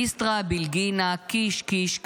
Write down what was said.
אסתרא בלגינא קיש קיש קריא.